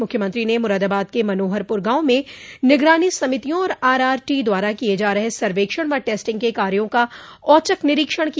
मुख्यमंत्री ने मुरादाबाद के मनोहरपुर गाव में निगरानी समितियों और आरआरटी द्वारा किये जा रहे सर्वेक्षण व टेस्टिंग के कार्यो का औचक निरीक्षण किया